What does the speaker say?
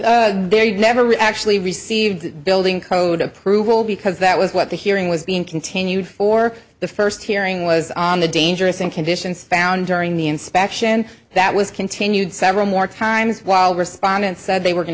you've never actually received the building code approval because that was what the hearing was being continued for the first hearing was on the dangerous and conditions found during the inspection that was continued several more times while respondents said they were going